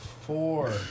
four